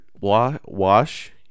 Wash